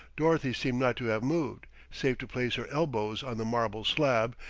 dorothy seemed not to have moved, save to place her elbows on the marble slab,